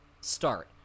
start